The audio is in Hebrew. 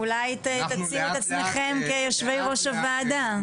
אולי תציעו את עצמכם כיושבי ראש הוועדה.